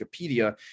Wikipedia